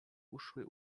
uszły